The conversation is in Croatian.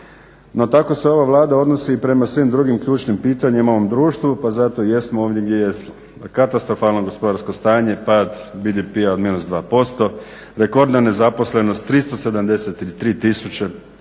No, tako se ova Vlada odnosi i prema svim drugim ključnim pitanjima u ovom društvu, pa zato jesmo ovdje gdje jesmo. Katastrofalno gospodarsko stanje, pad BDP-a od minus 2%, rekordna nezaposlenost, 373000,